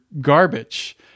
garbage